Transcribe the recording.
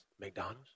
McDonald's